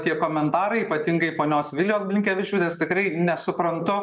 tie komentarai ypatingai ponios vilijos blinkevičiūtės tikrai nesuprantu